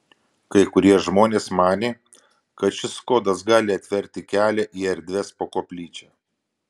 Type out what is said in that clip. kai kurie žmonės manė kad šis kodas gali atverti kelią į erdves po koplyčia